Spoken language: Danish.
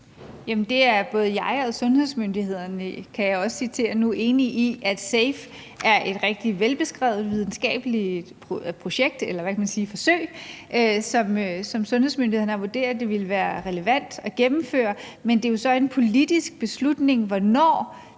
Både jeg og sundhedsmyndighederne er, kan jeg også citere nu, enige i, at SAFE er et rigtig velbeskrevet videnskabeligt projekt eller forsøg, som sundhedsmyndighederne har vurderet det vil være relevant at gennemføre. Men det er jo så en politisk beslutning, hvornår